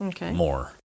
more